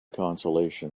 consolation